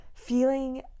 feeling